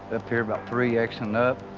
up here about three exits up.